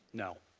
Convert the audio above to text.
no.